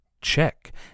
Check